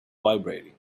vibrating